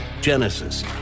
Genesis